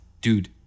Dude